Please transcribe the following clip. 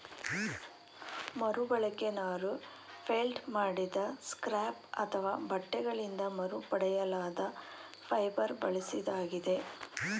ಮರುಬಳಕೆ ನಾರು ಫೆಲ್ಟ್ ಮಾಡಿದ ಸ್ಕ್ರ್ಯಾಪ್ ಅಥವಾ ಬಟ್ಟೆಗಳಿಂದ ಮರುಪಡೆಯಲಾದ ಫೈಬರ್ ಬಳಸಿದಾಗಿದೆ